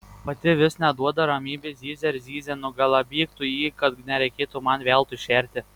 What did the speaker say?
pati vis neduoda ramybės zyzia ir zyzia nugalabyk tu jį kad nereikėtų man veltui šerti